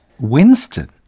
Winston